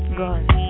gone